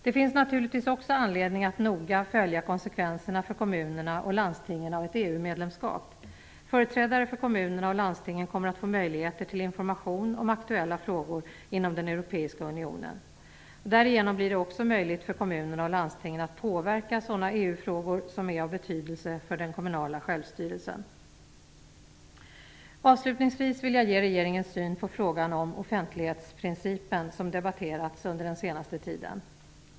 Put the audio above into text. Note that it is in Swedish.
Det finns naturligtvis också anledning att noga följa konsekvenserna för kommunerna och landstingen av ett EU-medlemskap. Företrädare för kommunerna och landstingen kommer att få möjlighet till information om aktuella frågor inom den europeiska unionen. Därigenom blir det också möjligt för kommunerna och landstingen att påverka sådana EU-frågor som är av betydelse för den kommunala självstyrelsen. Avslutningsvis vill jag ge regeringens syn på frågan om offentlighetsprincipen. Frågan har debatterats under den senaste tiden.